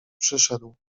przyszedł